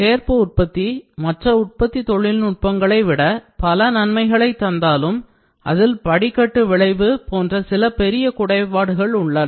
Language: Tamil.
சேர்ப்பு உற்பத்தி மற்ற உற்பத்தி தொழில் நுட்பங்களை விட பல நன்மைகளை தந்தாலும் அதில் படிக்கட்டு விளைவு மேற்பரப்பு தரம் மற்றும் உருவ அளவு துல்லியம் போன்ற சில பெரிய குறைபாடுகள் உள்ளன